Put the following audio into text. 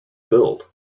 build